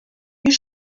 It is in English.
you